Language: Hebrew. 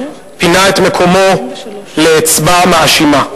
פינה את מקומו לאצבע מאשימה.